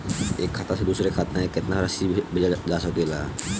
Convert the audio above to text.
एक खाता से दूसर खाता में केतना राशि भेजल जा सके ला?